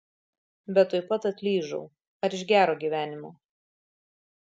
bet tuoj pat atlyžau ar iš gero gyvenimo